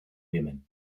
women